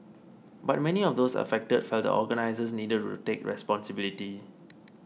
but many of those affected felt the organisers needed to take responsibility